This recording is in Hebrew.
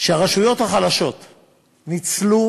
שהרשויות החלשות ניצלו